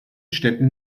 städten